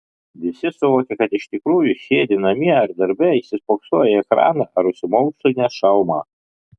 visi suvokia kad iš tikrųjų sėdi namie ar darbe įsispoksoję į ekraną ar užsimaukšlinę šalmą